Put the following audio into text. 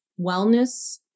wellness